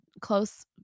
close